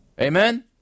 Amen